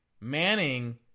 Manning